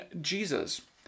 Jesus